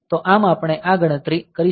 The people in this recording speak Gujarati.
તો આમ આપણે આ ગણતરી કરી શકીએ છીએ